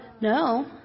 No